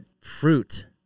fruit